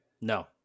No